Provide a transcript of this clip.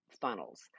funnels